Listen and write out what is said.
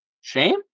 Shame